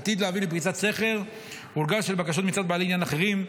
עתידה להביא לפריצת סכר ולגל של בקשות מצד בעלי עניין אחרים,